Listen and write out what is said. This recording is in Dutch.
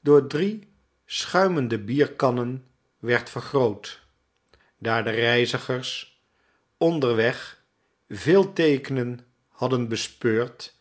door drie schuimende bierkannen werd vergroot daarde reizigers onderweg vele teekenen hadden bespeurd